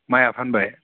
माइआ फानबाय